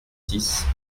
six